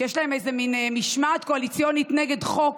שיש להם איזה מין משמעת קואליציונית נגד חוק,